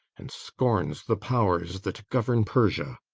and scorns the powers that govern persia!